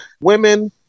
women